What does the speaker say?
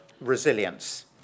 resilience